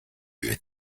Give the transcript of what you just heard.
you